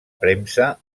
premsa